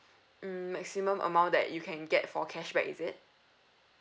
mm maximum amount that you can get for cashback is it